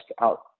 out